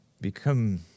become